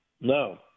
No